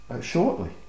shortly